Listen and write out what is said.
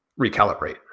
recalibrate